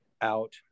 out